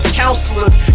counselors